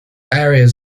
areas